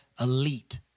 elite